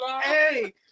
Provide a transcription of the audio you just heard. Hey